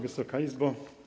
Wysoka Izbo!